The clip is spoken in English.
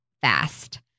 fast